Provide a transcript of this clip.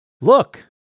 Look